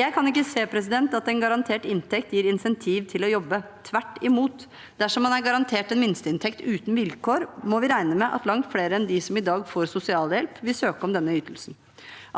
Jeg kan ikke se at en garantert inntekt gir insentiv til å jobbe. Tvert imot. Dersom man er garantert en minsteinntekt uten vilkår, må vi regne med at langt flere enn dem som i dag får sosialhjelp, vil søke om denne ytelsen.